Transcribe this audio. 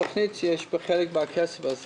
התוכנית, יש בחלק מהכסף ההז.